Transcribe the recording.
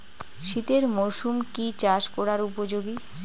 শীতের মরসুম কি চাষ করিবার উপযোগী?